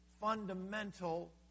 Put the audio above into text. fundamental